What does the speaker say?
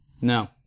No